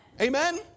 Amen